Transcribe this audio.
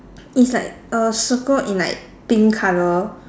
is like a circle in like pink colour